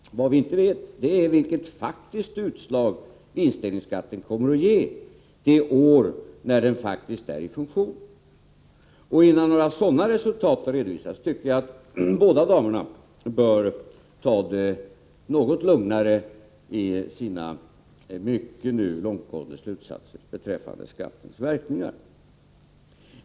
Vad vi inte vet är vilket utslag vinstdelningsskatten kommer att ge det år den faktiskt är i funktion. Innan några sådana resultat har redovisats tycker jag att båda damerna bör ta det något lugnare i sina mycket långtgående slutsatser beträffande skattens verkningar.